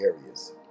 areas